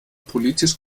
politisch